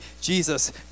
Jesus